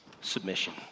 submission